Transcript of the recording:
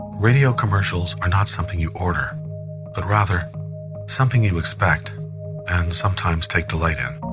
radio commercials are not something you order but rather something you expect and sometimes take delight in.